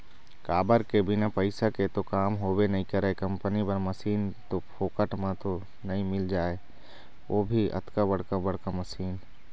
काबर के बिना पइसा के तो काम होबे नइ करय कंपनी बर मसीन तो फोकट म तो नइ मिल जाय ओ भी अतका बड़का बड़का मशीन